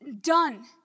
done